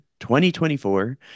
2024